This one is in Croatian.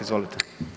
Izvolite.